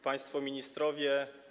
Państwo Ministrowie!